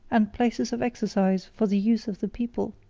and places of exercise, for the use of the people.